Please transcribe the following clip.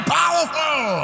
powerful